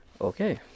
okay